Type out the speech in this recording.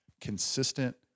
consistent